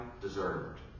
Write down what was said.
deserved